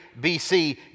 BC